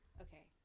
okay